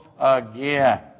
again